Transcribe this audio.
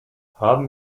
haben